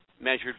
measured